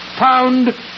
found